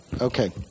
Okay